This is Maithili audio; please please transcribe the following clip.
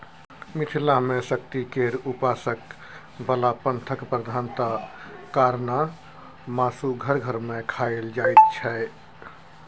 मिथिला मे शक्ति केर उपासक बला पंथक प्रधानता कारणेँ मासु घर घर मे खाएल जाइत छै